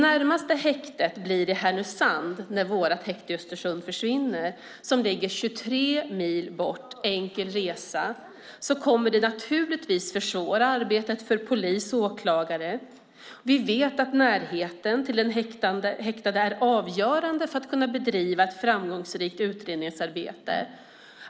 När vårt häkte i Östersund försvinner blir det närmaste häktet det i Härnösand, som ligger 23 mil bort enkel resa, och det kommer naturligtvis att försvåra arbetet för polis och åklagare. Vi vet att närheten till den häktade är avgörande för att man ska kunna bedriva ett framgångsrikt utredningsarbete.